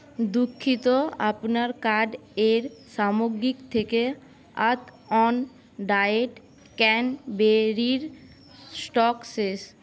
দুঃখিত আপনার কার্টের সামগ্রী থেকে আর্থঅন ডায়েট ক্র্যানবেরির স্টক শেষ